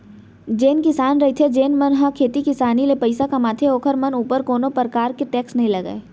जेन किसान रहिथे जेन मन ह खेती किसानी ले पइसा कमाथे ओखर मन ऊपर कोनो परकार के टेक्स नई लगय